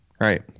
right